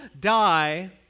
die